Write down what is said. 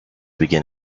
begin